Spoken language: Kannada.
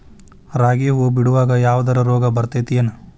ರಾಗಿ ಹೂವು ಬಿಡುವಾಗ ಯಾವದರ ರೋಗ ಬರತೇತಿ ಏನ್?